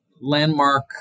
landmark